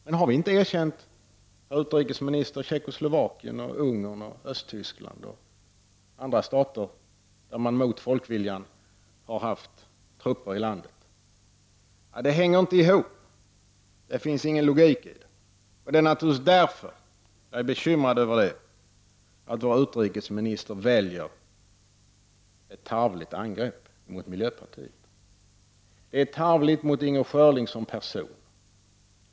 Men har vi inte, utrikesministern, erkänt Tjeckoslovakien, Ungern, Östtyskland och andra stater där det mot folkviljan har funnits trupper i landet? Det hänger inte ihop, det finns ingen logik i detta. Det är naturligtvis av denna anledning som jag är bekymrad över att vår utrikesminister väljer ett tarvligt angrepp mot miljöpartiet. Det är tarvligt mot Inger Schörling som person.